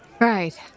Right